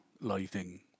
lighting